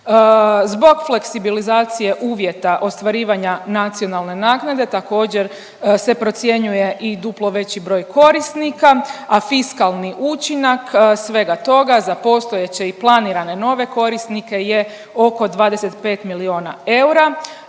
Zbog fleksibilizacije uvjeta ostvarivanja nacionalne naknade također se procjenjuje i duplo veći broj korisnika, a fiskalni učinak svega toga za postojeće i planirane nove korisnike je oko 25 milijuna eura.